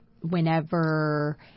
whenever